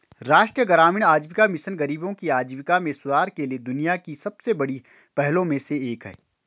राष्ट्रीय ग्रामीण आजीविका मिशन गरीबों की आजीविका में सुधार के लिए दुनिया की सबसे बड़ी पहलों में से एक है